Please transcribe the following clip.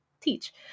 teach